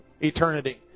eternity